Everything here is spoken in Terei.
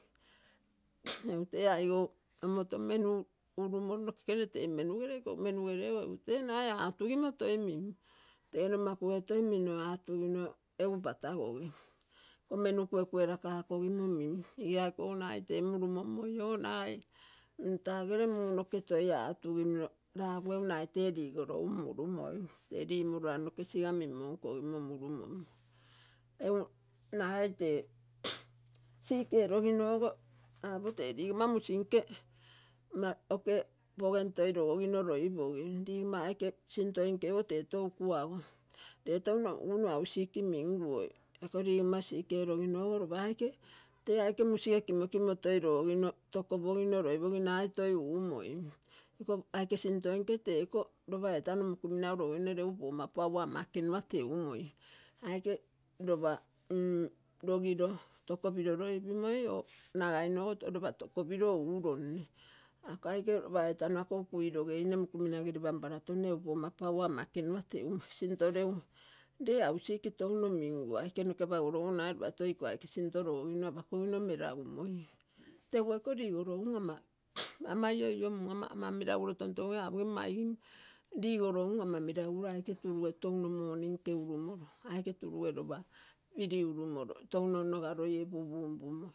Egu te aigou omoto menu urumolo, nokekene te menu gele iko menugere ogo egu te naga atugimo toi minte-nomakuge toi minno atugino egu patagogiu iko menu kuekue lakokomo min igilaikogo egu te murumommoii ogo nagai tegere muu noke toi atugino lagu nagai te ligoro um murumoim te limorona noke siga minmo nkogimo mulu-mommo. Egu nagai te siki eloginogo apo te ligomma musinke oko pogeni toi logogino loipogim. Ligomma aike sintoi nkogo te tou kuago. Le touno ugunu ausiki minguoi, ako ligomma siki eloginogo lopa aike te aike musige kimokiuo toi logogino tokopogino loipogim, nagau toi umoin. Iko aike sintoi nke te iko lopa entano mokuminou logogimne legu pogomma paua ama ekenua teumoi. Aike lopo u- logilo tokopiro loipimoi onagainogo lopa tokopilo uronne. Ako aike lopa etano ako ukui logeine uukumina gere pampara tonne egu pogomma paua ama ekenua teumoi sinto legu lo ausik lopa toi iko aike sinto logogino apakogino melagumoin. Teguo iko ligolo um amaioiomua. Ama meraguro toutogogim apogim maigim ligoro um ama meraguro aike turuge touno moni nke urumoro. Aike turuge lopa pili urumoro, touno noga loi pupumpumoi.